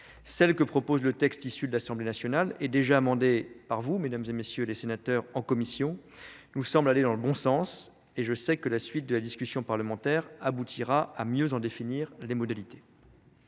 Celle que propose le texte issu de l'assemblée nationale et déjà amendé par vous, Mᵐᵉˢ et MM. les sénateurs en commission nous semble aller dans le bon sens et je sais que la suite de la discussion parlementaire aboutira à mieux en définir les modalités.